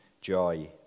joy